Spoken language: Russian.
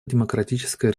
демократическая